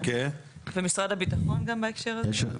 ומשרד הביטחון גם בהקשר הזה?